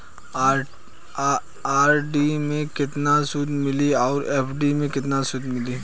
RD मे केतना सूद मिली आउर एफ.डी मे केतना सूद मिली?